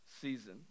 season